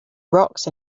rocks